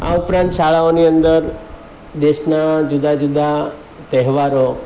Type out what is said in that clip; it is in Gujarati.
આ ઉપરાંત શાળાઓની અંદર દેશના જુદા જુદા તહેવારો